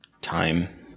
Time